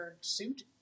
suit